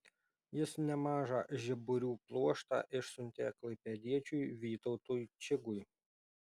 jis nemažą žiburių pluoštą išsiuntė klaipėdiečiui vytautui čigui